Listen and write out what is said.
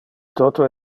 toto